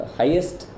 highest